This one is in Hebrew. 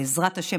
ובעזרת השם,